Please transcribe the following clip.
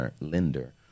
Lender